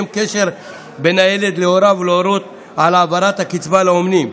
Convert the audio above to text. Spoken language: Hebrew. קשר בין הילד להוריו ולהורות על העברת הקצבה לאומנים.